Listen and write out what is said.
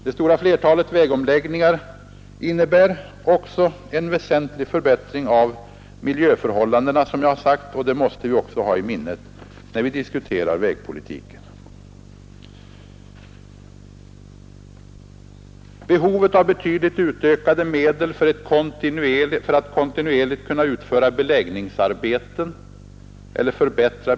Det stora flertalet vägomläggningar innebär också en väsentlig förbättring av miljöförhållandena, som jag har sagt, och det måste vi också ha i minnet när vi diskuterar vägpolitiken.